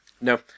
No